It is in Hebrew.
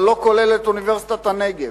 אבל לא כולל את אוניברסיטת הנגב?